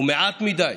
ומעט מדי,